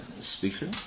speaker